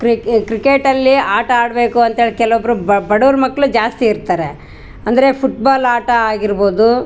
ಕ್ರಿ ಕ್ರಿಕೆಟಲ್ಲಿ ಆಟ ಆಡಬೇಕು ಅಂತೇಳಿ ಕೆಲೊಬ್ಬರು ಬಡವ್ರ ಮಕ್ಳು ಜಾಸ್ತಿ ಇರ್ತಾರೆ ಅಂದರೆ ಪುಟ್ಬಾಲ್ ಆಟ ಆಗಿರ್ಬೋದು